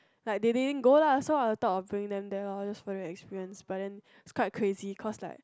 like they didn't go lah so I was thought of bringing them there loh just for the experience but then it was quite crazy because like